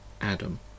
Adam